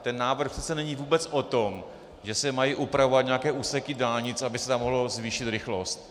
Ten návrh přece není vůbec o tom, že se mají upravovat nějaké úseky dálnic, aby se tam mohla zvýšit rychlost.